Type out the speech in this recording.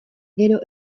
gero